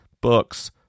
books